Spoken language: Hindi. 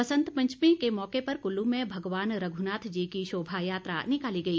बसंत पंचमी के मौके पर कल्लू में भगवान रघ्नाथ जी की शोभा यात्रा निकाली गई